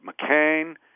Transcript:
McCain